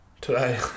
today